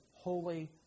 holy